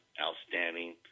outstanding